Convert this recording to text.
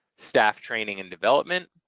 staff training and development,